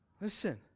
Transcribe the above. Listen